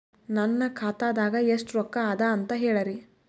ನನ್ನ ಖಾತಾದಾಗ ಎಷ್ಟ ರೊಕ್ಕ ಅದ ಅಂತ ಹೇಳರಿ?